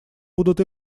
будут